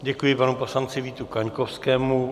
Děkuji panu poslanci Vítu Kaňkovskému.